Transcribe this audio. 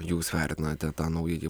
jūs vertinate tą naująjį